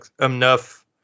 enough